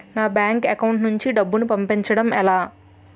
నా bank account నుంచి డబ్బును పంపించడం ఎలా?